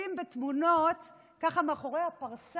משתפים בתמונות, ככה, מאחור בפרסה,